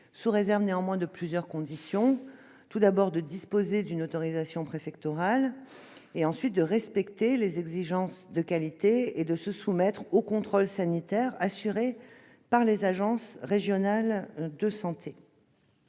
sous réserve de plusieurs conditions : ils doivent tout d'abord disposer d'une autorisation préfectorale, puis respecter les exigences de qualité et se soumettre au contrôle sanitaire assuré par les agences régionales de santé.